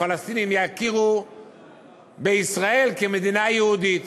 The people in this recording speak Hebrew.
הפלסטינים, יכירו בישראל כמדינה יהודית.